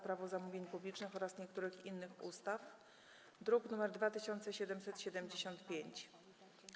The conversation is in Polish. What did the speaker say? Prawo zamówień publicznych oraz niektórych innych ustaw, druk nr 2775.